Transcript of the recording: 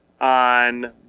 on